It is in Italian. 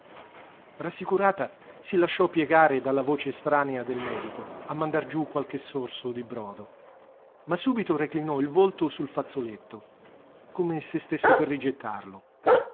rassicurata si lasciò piegare dalla voce estranea del medico a mandar giù qualche sorso di brodo ma subito reclinò il volto sul fazzoletto come se stesse per rigettarlo